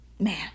man